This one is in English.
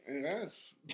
Yes